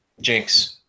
Jinx